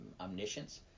omniscience